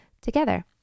together